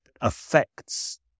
affects